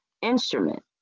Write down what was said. instrument